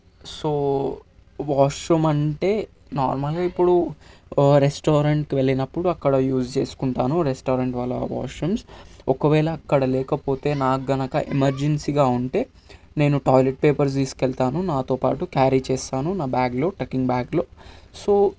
so washroom అంటే నార్మల్గా ఇప్పుడు రెస్టారెంట్కి వెళ్ళినప్పుడు అక్కడ యూజ్ చేసుకుంటాను రెస్టారెంట్ వాళ్ళ వాష్రూమ్స్ ఒకవేళ అక్కడ లేకపోతే నాకు కనుక ఎమర్జెన్సీగా ఉంటే నేను టాయిలెట్ పేపర్స్ తీసుకెళ్తాను నాతోపాటు క్యారీ చేస్తాను నా బ్యాగ్లో టకింగ్ బ్యాగ్లో సో